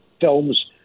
films